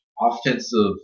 offensive